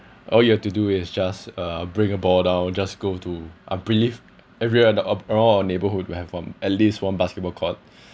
all you have to do is just uh bring a ball down just go to I believe every area the around our neighbourhood will have one at least one basketball court